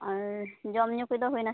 ᱟᱨ ᱡᱚᱢ ᱧᱩ ᱠᱚᱫᱚ ᱦᱩᱭ ᱮᱱᱟᱥᱮ ᱵᱟᱝ